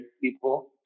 people